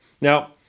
Now